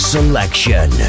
Selection